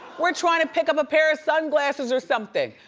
we're trying to pickup a pair of sunglasses or something.